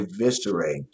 eviscerate